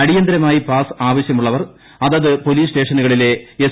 അടിയന്തരമായി പാസ്സ് ആവശ്യമുള്ളവർ അതിൽ പ്പാലീസ് സ്റ്റേഷനുകളിലെ എസ്